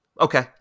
Okay